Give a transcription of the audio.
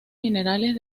minerales